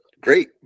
great